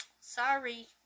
Sorry